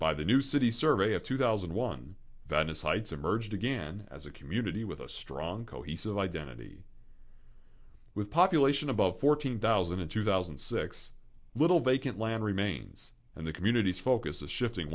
by the new city survey of two thousand and one venice heights emerged again as a community with a strong cohesive identity with population above fourteen thousand in two thousand and six little vacant land remains and the communities focus is shifting